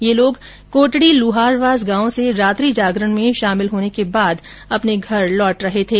ये लोग कोटड़ी लुहारवास गांव से रात्रि जागरण में शामिल होने के बाद अपने घर लौट रहे थे